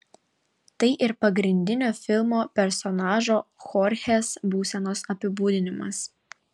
tai ir pagrindinio filmo personažo chorchės būsenos apibūdinimas